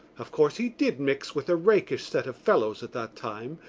of course, he did mix with a rakish set of fellows at that time,